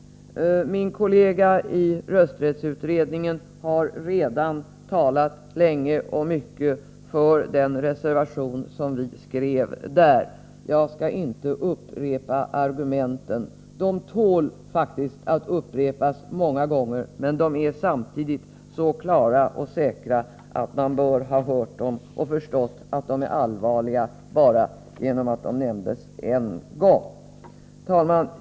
Min kollega i rösträttsutredningen har redan talat länge och mycket för den reservation som vi skrev. Jag skallinte upprepa argumenten. Argumenten tål faktiskt att upprepas många gånger, men samtidigt är de så klara och starka att man bör ha hört dem och förstått att de är allvarliga bara de nämnts en enda gång. Herr talman!